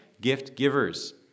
gift-givers